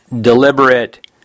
deliberate